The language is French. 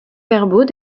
verbaux